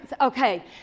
Okay